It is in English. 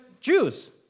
Jews